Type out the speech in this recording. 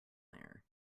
there